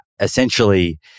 essentially